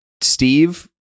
Steve